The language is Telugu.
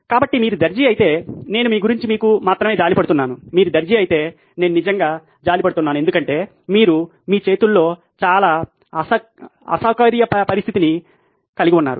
కాబట్టి మీరు దర్జీ అయితే నేను మీ గురించి మీకు మాత్రమే జాలిపడుతున్నాను మీరు దర్జీ అయితే నేను నిజంగా జాలిపడుతున్నాను ఎందుకంటే మీరు మీ చేతుల్లో చాలా అసౌకర్య పరిస్థితిని కలిగి ఉంటారు